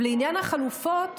לעניין החלופות,